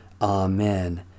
Amen